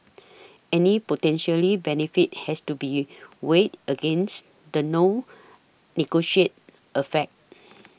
any potentially benefits has to be weighed against the known negotiate effects